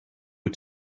het